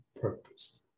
purpose